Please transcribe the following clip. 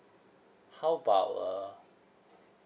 how about uh